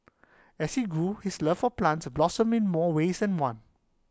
as he grew his love for plants blossomed in more ways than one